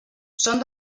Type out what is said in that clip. són